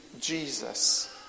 Jesus